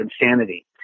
insanity